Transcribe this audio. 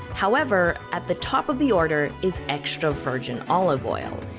however, at the top of the order is extra virgin olive oil.